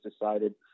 decided